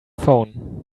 phone